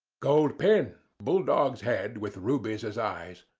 gold pin bull-dog's head, with rubies as eyes.